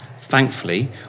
Thankfully